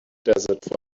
desert